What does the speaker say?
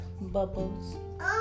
bubbles